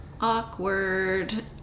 Awkward